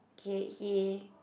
okay he